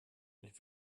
ich